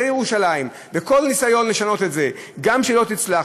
זו ירושלים, וכל ניסיון לשנות את זה גם לא יצלח.